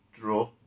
Draw